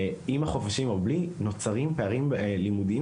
עם החופש וללא החופש נוצרים פערים לימודיים